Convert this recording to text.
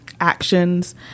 actions